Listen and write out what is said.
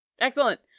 Excellent